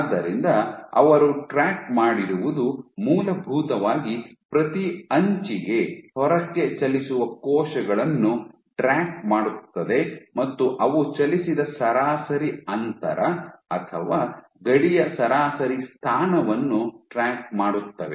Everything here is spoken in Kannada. ಆದ್ದರಿಂದ ಅವರು ಟ್ರ್ಯಾಕ್ ಮಾಡಿರುವುದು ಮೂಲಭೂತವಾಗಿ ಪ್ರತಿ ಅಂಚಿಗೆ ಹೊರಕ್ಕೆ ಚಲಿಸುವ ಕೋಶಗಳನ್ನು ಟ್ರ್ಯಾಕ್ ಮಾಡುತ್ತದೆ ಮತ್ತು ಅವು ಚಲಿಸಿದ ಸರಾಸರಿ ಅಂತರ ಅಥವಾ ಗಡಿಯ ಸರಾಸರಿ ಸ್ಥಾನವನ್ನು ಟ್ರ್ಯಾಕ್ ಮಾಡುತ್ತವೆ